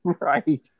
Right